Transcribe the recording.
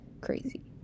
crazy